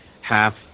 half